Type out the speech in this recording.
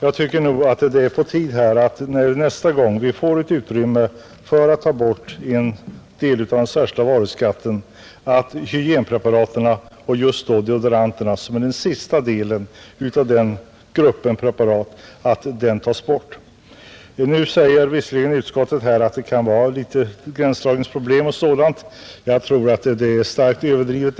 Jag tycker nog, herr talman, att när vi nästa gång får utrymme för att ta bort en del av den särskilda varuskatten, är det på tiden att den tas bort särskilt för deodoranterna, som är den sista delen av denna grupp av preparat. Nu säger visserligen utskottet att det kan vara litet gränsdragningsproblem, men jag tror att detta är starkt överdrivet.